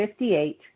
58